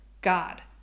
God